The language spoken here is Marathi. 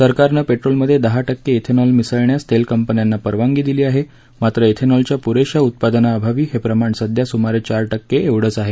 सरकारनं पेट्रोलमध्ये दहा टक्के िनॉल मिसळण्यास तेल कंपन्यांना परवानगी दिली आहे मात्र ििनॉलच्या पुरेशा उत्पादनाअभावी हे प्रमाण सध्या सुमारे चार टक्के एवढंच आहे